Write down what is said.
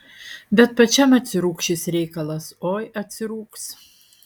bet pačiam atsirūgs šis reikalas oi atsirūgs